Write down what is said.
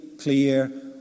clear